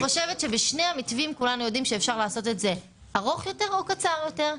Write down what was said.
בשני המתווים כולנו יודעים שאפשר לעשות את זה ארוך יותר או קצר יותר.